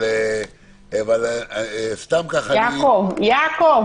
אם בכלל